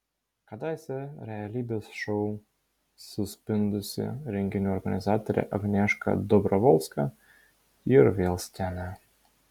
kadaise realybės šou suspindusi renginių organizatorė agnieška dobrovolska ir vėl scenoje